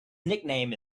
nickname